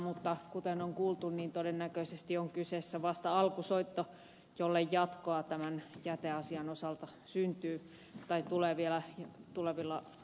mutta kuten on kuultu todennäköisesti on kyseessä vasta alkusoitto jolle tulee jatkoa tämän jäteasian osalta vielä tulevilla hallituskausilla